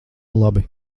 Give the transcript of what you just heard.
labi